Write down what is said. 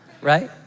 Right